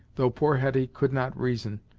though poor hetty could not reason,